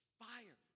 fire